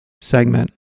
segment